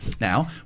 now